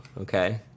okay